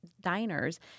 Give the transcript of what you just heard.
diners